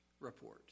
report